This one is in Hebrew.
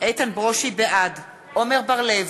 בעד עמר בר-לב,